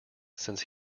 since